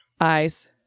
Eyes